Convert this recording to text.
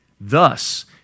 Thus